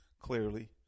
clearly